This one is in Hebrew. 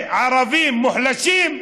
ערבים מוחלשים,